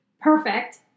perfect